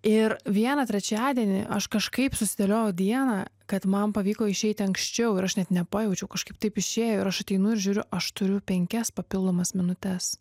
ir vieną trečiadienį aš kažkaip susidėliojau dieną kad man pavyko išeiti anksčiau ir aš net nepajaučiau kažkaip taip išėjo ir aš ateinu ir žiūriu aš turiu penkias papildomas minutes